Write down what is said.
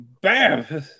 bam